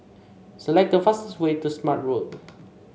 select the fastest way to Smart Road